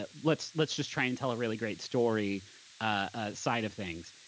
ah let's let's just try and tell a really great story ah side of things.